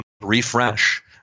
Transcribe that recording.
refresh